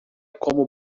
como